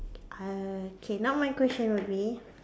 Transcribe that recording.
uh K now my question would be